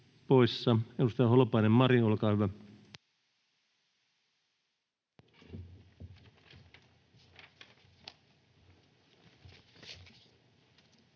Edustaja Kinnunen, Jari, olkaa hyvä.